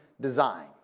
design